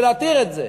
ולהתיר את זה.